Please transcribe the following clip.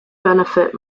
benefit